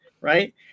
right